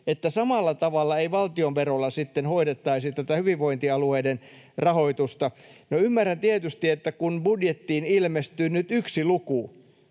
että samalla tavalla ei valtionverolla sitten hoidettaisi tätä hyvinvointialueiden rahoitusta. Ymmärrän tietysti, että kun budjettiin ilmestyy nyt yksi luku,